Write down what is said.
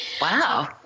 Wow